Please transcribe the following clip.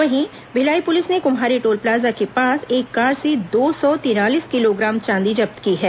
वहीं भिलाई पुलिस ने Kumhari toll plaza के पास एक कार से दो सौ तिरालीस किलोग्राम चांदी जब्त की है